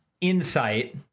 insight